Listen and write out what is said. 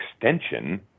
extension